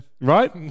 Right